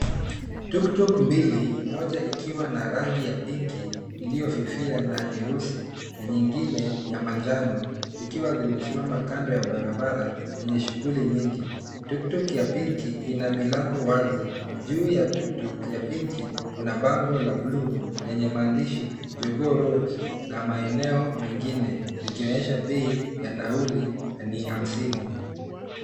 Tuktuk mbili moja ikiwa na rangi ya pinki iliyofifia na nyeusi na nyingine ya manjano zikiwa zimesimama kando ya barabara yenye shughuli nyingi. Tuktuk ya pinki ina milango wazi. Juu ya tuktuk ya pinki kuna bango la blue lenye maandishi Jogoo Road na maeneo mengine likionyesha bei ya nauli ni hamsini.